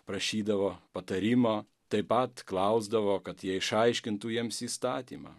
prašydavo patarimo taip pat klausdavo kad jie išaiškintų jiems įstatymą